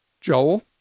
Joel